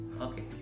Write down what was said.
Okay